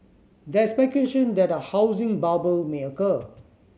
there is speculation that a housing bubble may occur